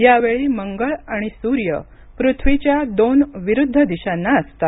यावेळी मंगळ आणि सूर्य पृथ्वीच्या दोन विरुद्ध दिशांना असतात